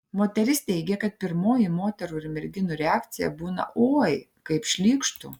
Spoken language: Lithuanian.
moteris teigia kad pirmoji moterų ir merginų reakcija būna oi kaip šlykštu